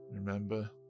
Remember